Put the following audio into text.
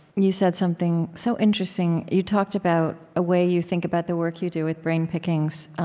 you said something so interesting. you talked about a way you think about the work you do with brain pickings,